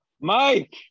Mike